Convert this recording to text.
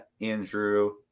Andrew